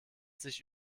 sich